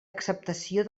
acceptació